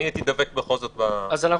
אני הייתי דבק בכל זאת --- אז אנחנו